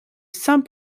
saint